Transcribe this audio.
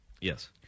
Yes